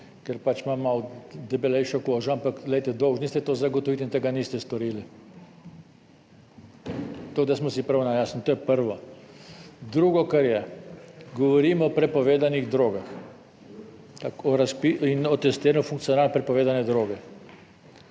ker pač imam malo debelejšo kožo, ampak glejte, dolžni ste to zagotoviti in tega niste storili. Tako da smo si prav na jasnem, to je prvo. Drugo, kar je, govorimo o prepovedanih drogah, in o testiranju funkcionarjev na prepovedane droge.